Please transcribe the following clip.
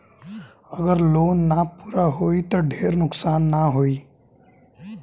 अगर लोन ना पूरा होई त ढेर नुकसान ना होई